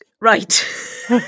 Right